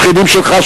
שכנים שלך,